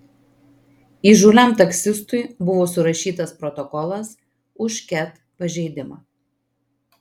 įžūliam taksistui buvo surašytas protokolas už ket pažeidimą